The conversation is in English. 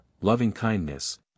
loving-kindness